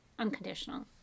unconditional